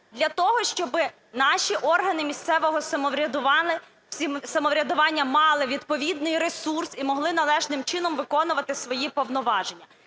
Для того, щоби наші органи місцевого самоврядування мали відповідний ресурс і могли належним чином виконувати свої повноваження.